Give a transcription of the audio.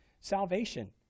salvation